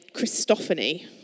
Christophany